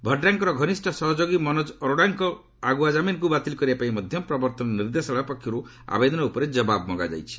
ଭଡ୍ରାଙ୍କର ଘନିଷ୍ଠ ସହଯୋଗୀ ମନୋଜ ଅରୋଡାଙ୍କ ଆଗୁଆ ଜାମିନ୍କୁ ବାତିଲ କରିବା ପାଇଁ ମଧ୍ୟ ପ୍ରବର୍ତ୍ତନ ନିର୍ଦ୍ଦେଶାଳୟ ପକ୍ଷରୁ ଆବେଦନ ଉପରେ ଜବାବ ମଗାଯାଇଛି